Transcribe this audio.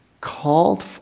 called